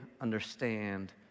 understand